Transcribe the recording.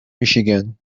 michigan